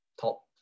top